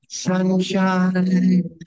sunshine